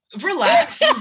Relax